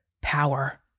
power